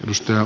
mustia